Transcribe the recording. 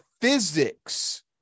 physics